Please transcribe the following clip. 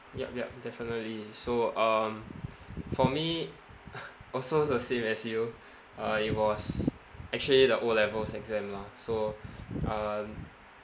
yup yup definitely so um for me also the same as you uh it was actually the O levels exam lah so uh